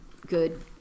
good